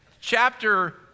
chapter